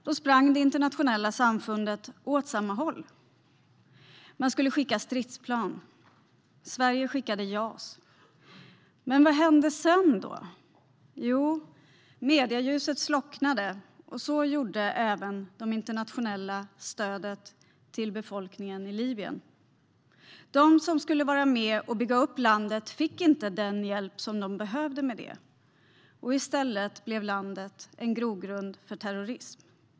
Då sprang det internationella samfundet åt samma håll. Man skulle skicka stridsplan. Sverige skickade JAS. Men vad hände sedan? Jo, medieljuset slocknade och så även det internationella stödet till befolkningen i Libyen. De som skulle vara med och bygga upp landet fick inte den hjälp de behövde. I stället blev landet en grogrund för terrorism.